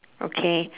okay